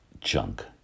junk